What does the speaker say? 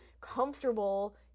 comfortable